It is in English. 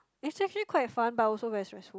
is actually quite fun but also very stressful